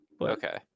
Okay